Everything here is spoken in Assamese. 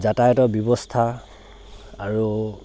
যাতায়তৰ ব্যৱস্থা আৰু